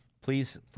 Please